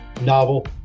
novel